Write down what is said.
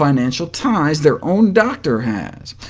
financial ties their own doctor has.